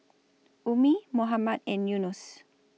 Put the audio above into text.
Ummi Muhammad and Yunos